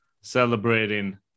celebrating